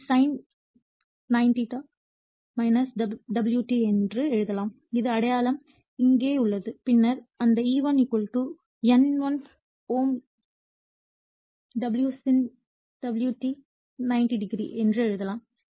எனவே sin 90 o ω t என்று எழுதலாம் இது அடையாளம் இங்கே உள்ளது பின்னர் அந்த E1 N1∅m ω sin ω t 90o என்று எழுதலாம்